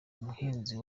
muhinzi